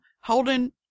holding